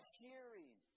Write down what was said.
hearing